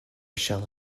shall